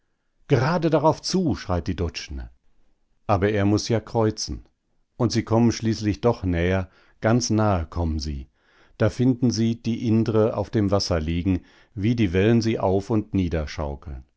gerade drauf zu schreit die doczene aber er muß ja kreuzen und sie kommen schließlich doch näher ganz nahe kommen sie da finden sie die indre auf dem wasser liegen wie die wellen sie auf und